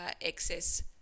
excess